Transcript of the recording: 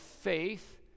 faith